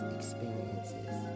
experiences